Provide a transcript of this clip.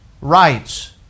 rights